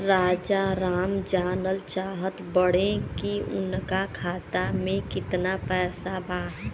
राजाराम जानल चाहत बड़े की उनका खाता में कितना पैसा बा?